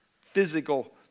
physical